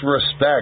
respect